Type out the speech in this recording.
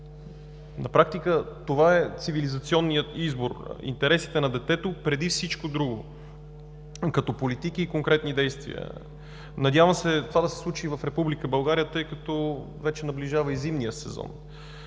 На практика това е цивилизационният избор – интересите на детето преди всичко друго! Като политик и като конкретни действия, надявам се това да се случи и в Република България, тъй като вече наближава и зимният сезон.